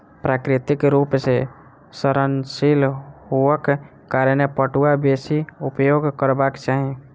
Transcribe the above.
प्राकृतिक रूप सॅ सड़नशील हुअक कारणें पटुआ बेसी उपयोग करबाक चाही